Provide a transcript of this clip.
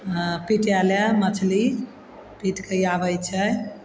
पीटय लए मछली पीट कऽ आबय छै